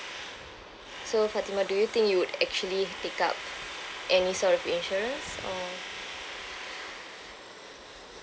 so fatimah do you think you would actually take up any sort of insurance or